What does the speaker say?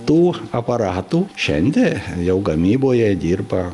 tų aparatų šiandie jau gamyboje dirba